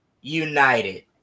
United